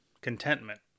contentment